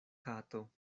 kato